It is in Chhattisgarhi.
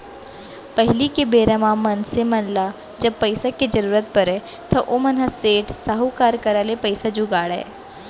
पहिली के बेरा म मनसे मन ल जब पइसा के जरुरत परय त ओमन ह सेठ, साहूकार करा ले पइसा जुगाड़य